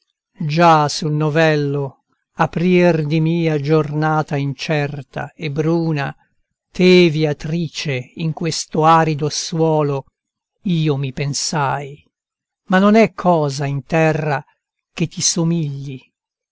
già sul novello aprir di mia giornata incerta e bruna te viatrice in questo arido suolo io mi pensai ma non è cosa in terra che ti somigli